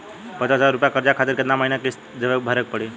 पचास हज़ार रुपया कर्जा खातिर केतना महीना केतना किश्ती भरे के पड़ी?